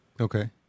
Okay